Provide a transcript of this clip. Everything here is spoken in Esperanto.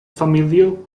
familio